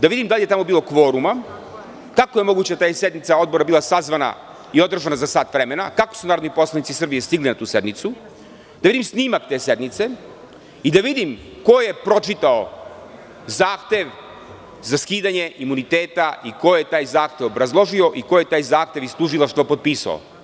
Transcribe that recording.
da vidim da li je tamo bilo kvoruma, kako je moguće da je sednica Odbora bila sazvana i održana za sat vremena, kako su narodni poslanici iz Srbije stigli na tu sednicu, da vidim snimak te sednice i da vidim ko je pročitao zahtev za skidanje imuniteta i ko je taj zahtev obrazložio i ko je taj zahtev iz tužilaštva potpisao.